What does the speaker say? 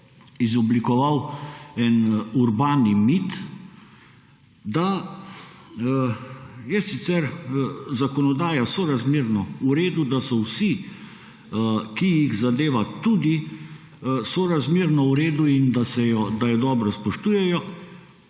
izoblikoval urban mit, da je sicer zakonodaja sorazmerno v redu, da so vsi, ki jih zadeva, tudi sorazmerno v redu in da jo dobro spoštujejo.